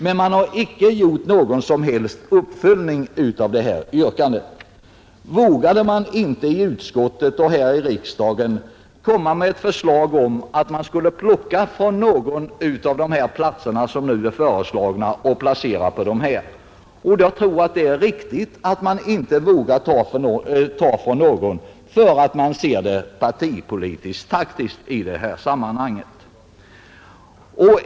Men man har icke gjort någon uppföljning av detta yrkande. Borde man inte i utskottet och här i riksdagen komma med förslag om att man skulle plocka fram någon av dessa platser som nu är föreslagna och placera utlokaliserade verk på den? Jag tror att det är riktigt att man inte vågar nämna någon, ty man ser detta i ett partipolitiskt — taktiskt sammanhang.